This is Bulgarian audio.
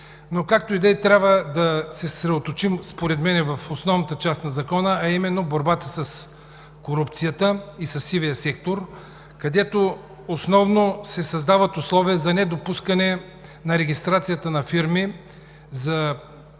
Както и да е, трябва да се съсредоточим според мен в основната част на Закона, а именно борбата с корупцията и със сивия сектор, където основно се създават условия за недопускане на регистрацията на фирми за